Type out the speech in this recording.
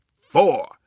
four